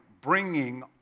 bringing